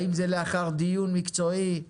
האם זה לאחר דיון מקצועי?